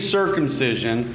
circumcision